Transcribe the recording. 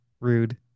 Rude